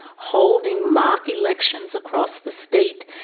holding mock elections across the state,